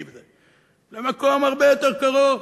למקום הרבה יותר קרוב,